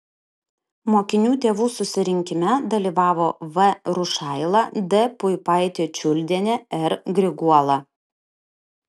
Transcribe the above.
mokinių tėvų susirinkime dalyvavo v rušaila d puipaitė čiuldienė r griguola